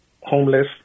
homeless